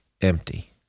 empty